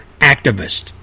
activist